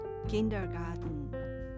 Kindergarten